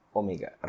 omega